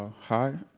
ah hi,